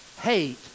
hate